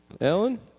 Ellen